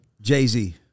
Jay-Z